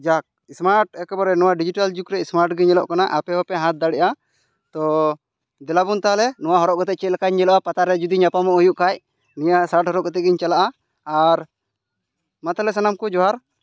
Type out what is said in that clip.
ᱡᱟᱠ ᱮᱥᱢᱟᱨᱴ ᱮᱠᱮᱵᱟᱨᱮ ᱱᱚᱣᱟ ᱰᱤᱡᱤᱴᱮᱞ ᱡᱩᱜᱽ ᱨᱮ ᱮᱥᱢᱟᱨᱴ ᱜᱮ ᱧᱮᱞᱚᱜ ᱠᱟᱱᱟ ᱟᱯᱮ ᱵᱟᱯᱮ ᱦᱟᱛ ᱫᱟᱲᱮᱭᱟᱜᱼᱟ ᱛᱚ ᱫᱮᱞᱟᱵᱚᱱ ᱛᱟᱦᱚᱞᱮ ᱱᱚᱣᱟ ᱦᱚᱨᱚᱜ ᱠᱟᱛᱮ ᱪᱮᱫ ᱞᱮᱠᱟᱧ ᱧᱮᱞᱚᱜᱼᱟ ᱯᱟᱛᱟ ᱨᱮ ᱡᱩᱫᱤ ᱧᱟᱯᱟᱢᱚᱜ ᱦᱩᱭᱩᱜ ᱠᱷᱟᱡ ᱱᱤᱭᱟᱹ ᱥᱟᱨᱴ ᱦᱚᱨᱚᱜ ᱠᱟᱛᱮᱫ ᱜᱤᱧ ᱪᱟᱞᱟᱜᱼᱟ ᱟᱨ ᱢᱟ ᱛᱟᱦᱚᱞᱮ ᱥᱟᱱᱟᱢ ᱠᱚ ᱡᱚᱦᱟᱨ